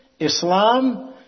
Islam